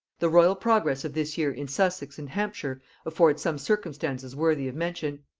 the royal progress of this year in sussex and hampshire affords some circumstances worthy of mention.